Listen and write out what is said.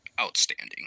outstanding